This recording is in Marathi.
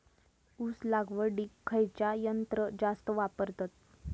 ऊस लावडीक खयचा यंत्र जास्त वापरतत?